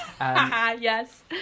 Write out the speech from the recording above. Yes